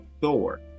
Thor